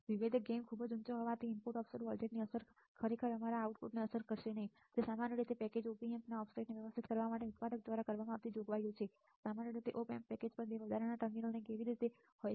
વિભેદક ગેઇન ખૂબ જ ઊંચો હોવાથી ઇનપુટ ઓફસેટ વોલ્ટેજની અસર ખરેખર અમારા આઉટપુટને અસર કરશે નહીં તે સામાન્ય રીતે પેકેજ્ op ampના ઓફસેટને વ્યવસ્થિત કરવા માટે ઉત્પાદક દ્વારા કરવામાં આવતી જોગવાઈઓ છે સામાન્ય રીતે ઓપ એમ્પ પેકેજ પર 2 વધારાના ટર્મિનલ કેવી રીતે હોય છે